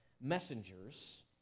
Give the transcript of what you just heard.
messengers